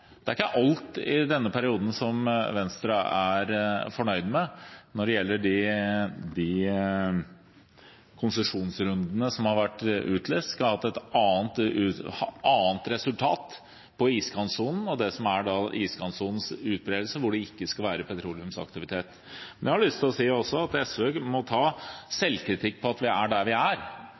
det er ikke alt i denne perioden som Venstre er fornøyd med når det gjelder de konsesjonsrundene som har vært utlyst. Vi skulle gjerne hatt et annet resultat når det gjelder iskantsonen og det som er iskantsonens utbredelse, hvor det ikke skal være petroleumsaktivitet. Men jeg har lyst å si at SV må ta selvkritikk på at vi er der vi er,